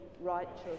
righteous